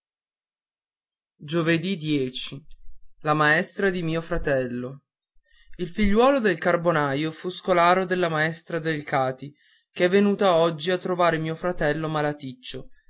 dell'anno la maestra di mio fratello idì l figliuolo del carbonaio fu scolaro della maestra delcati che è venuta oggi a trovar mio fratello malaticcio